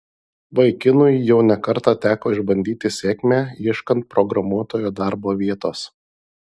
vaikinui jau ne kartą teko išbandyti sėkmę ieškant programuotojo darbo vietos